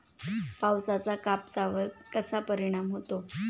पावसाचा कापसावर कसा परिणाम होतो?